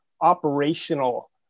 operational